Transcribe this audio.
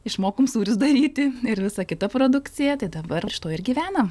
išmokom sūrius daryti ir visą kitą produkciją tai dabar iš to ir gyvenam